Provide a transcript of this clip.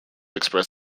express